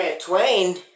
Twain